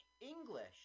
English